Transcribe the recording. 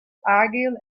argyll